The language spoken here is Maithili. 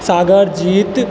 सागर जीत